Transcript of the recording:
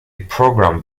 program